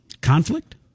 conflict